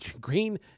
Green